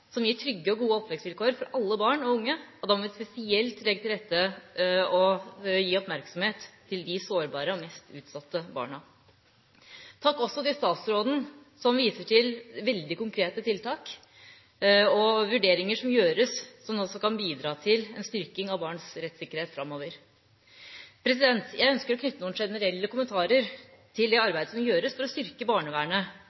som gir trygge og gode oppvekstvilkår for alle barn og unge, og da må vi spesielt legge til rette og gi oppmerksomhet til de sårbare og mest utsatte barna. Takk også til statsråden, som viser til veldig konkrete tiltak og vurderinger som gjøres, og som også kan bidra til en styrking av barns rettssikkerhet framover. Jeg ønsker å knytte noen generelle kommentarer til det